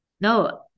No